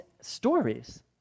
stories